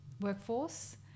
workforce